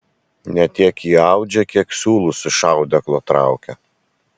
ne tiek ji audžia kiek siūlus iš audeklo traukia